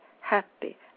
happy